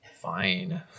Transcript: Fine